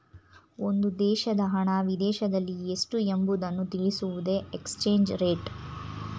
ಒಂದು ದೇಶದ ಹಣ ವಿದೇಶದಲ್ಲಿ ಎಷ್ಟು ಎಂಬುವುದನ್ನು ತಿಳಿಸುವುದೇ ಎಕ್ಸ್ಚೇಂಜ್ ರೇಟ್